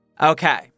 Okay